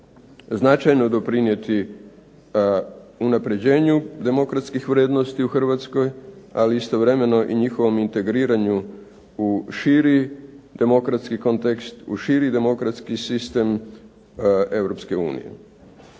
značajno doprinijeti unapređenju demokratskih vrijednosti u Hrvatskoj, ali istovremeno i njihovom integriranju u širi demokratski kontekst, u širi demokratski sistem Europske unije.